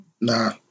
Nah